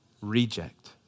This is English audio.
reject